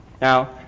now